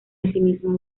asimismo